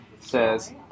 says